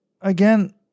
Again